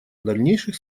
дальнейших